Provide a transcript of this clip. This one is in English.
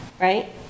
right